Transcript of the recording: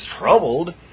troubled